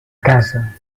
casa